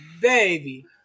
Baby